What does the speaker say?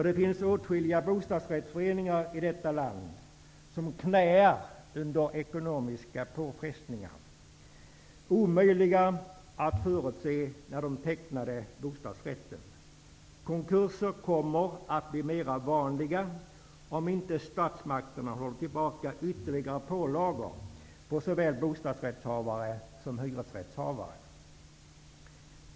Det finns åtskilliga bostadsrättsföreningar i detta land som knäar under ekonomiska påfrestningar, som var omöjliga att förutse när de tecknade bostadsrätten. Konkurser kommer att bli mer vanliga, om inte statsmakterna håller tillbaka ytterligare pålagor på såväl bostadsrättshavare som hyresrättshavare.